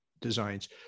designs